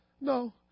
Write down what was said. No